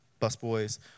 busboys